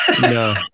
No